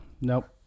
nope